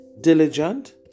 diligent